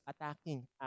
attacking